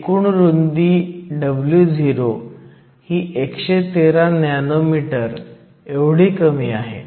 एकूण रुंदी Wo ही 113 नॅनो मीटर एवढी कमी आहे